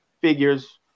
figures